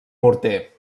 morter